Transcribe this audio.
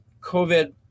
covid